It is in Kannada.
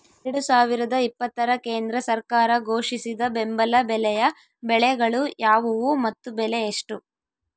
ಎರಡು ಸಾವಿರದ ಇಪ್ಪತ್ತರ ಕೇಂದ್ರ ಸರ್ಕಾರ ಘೋಷಿಸಿದ ಬೆಂಬಲ ಬೆಲೆಯ ಬೆಳೆಗಳು ಯಾವುವು ಮತ್ತು ಬೆಲೆ ಎಷ್ಟು?